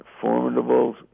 formidable